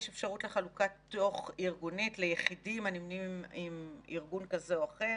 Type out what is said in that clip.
יש אפשרות לחלוקה תוך ארגונית ליחידים הנמנים עם ארגון כזה או אחר